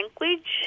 language